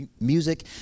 music